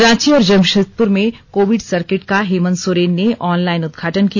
रांची और जमशेदपुर में COVID circuit का हेमंत सोरेन ने ऑनलाइन उदघाटन किया